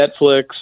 Netflix